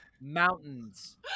mountains